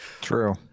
True